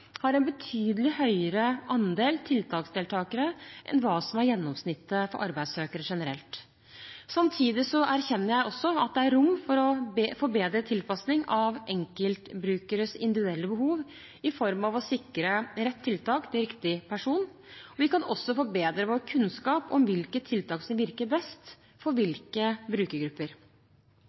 har en betydelig høyere andel tiltaksdeltakere enn hva som er gjennomsnittet for arbeidssøkere generelt. Samtidig erkjenner jeg også at det er rom for bedre tilpasning av enkeltbrukeres individuelle behov, i form av å sikre rett tiltak til riktig person. Vi kan også forbedre vår kunnskap om hvilke tiltak som virker best for hvilke brukergrupper.